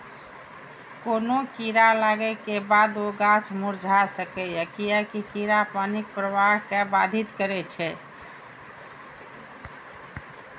कोनो कीड़ा लागै के बादो गाछ मुरझा सकैए, कियैकि कीड़ा पानिक प्रवाह कें बाधित करै छै